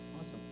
Awesome